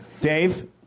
Dave